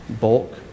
bulk